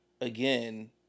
Again